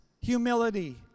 humility